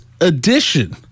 edition